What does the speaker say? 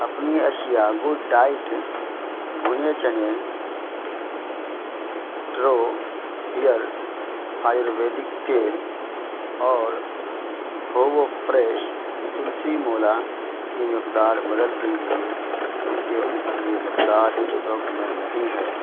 اپنی اشیاء good diet بھنے چنے ٹرو ہیئر آیورویدک تیل اور ہووو فریش تلسی مولا کی مقدار بدل دیجیے کیونکہ ان کی یہ مقدار اسٹاک میں نہیں ہے